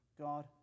God